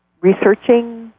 researching